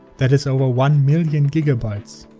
that is over one million gigabytes.